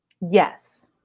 Yes